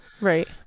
Right